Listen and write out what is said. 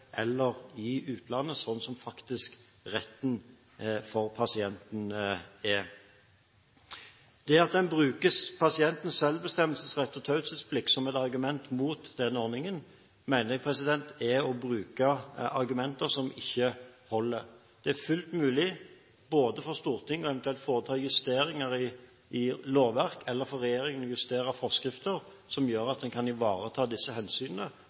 eller i utlandet, slik retten for pasienten faktisk er. Det å bruke pasientens selvbestemmelsesrett og taushetsplikt som et argument mot denne ordningen, mener vi er å bruke argumenter som ikke holder. Det er fullt mulig både for Stortinget eventuelt å foreta justeringer i lovverket og for regjeringen å justere forskrifter som gjør at en ivaretar disse hensynene,